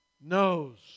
knows